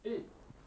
eh